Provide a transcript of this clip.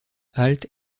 halte